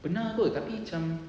pernah [pe] tapi macam